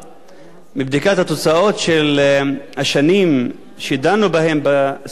מבדיקת התוצאות של השנים שדנו בהן בסוגיה הזאת,